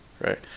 right